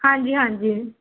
ਹਾਂਜੀ ਹਾਂਜੀ